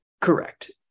Correct